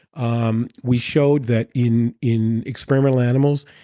um we showed that in in experimental animals,